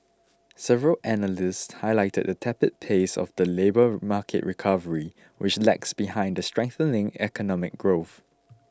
several analysts highlighted the tepid pace of the labour market recovery which lags behind the strengthening economic growth